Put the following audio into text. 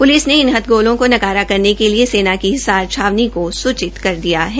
police ने इन हथगोलों को नकारा करने के लिए सेना की हिसार छावनी को सूचित कर दिया है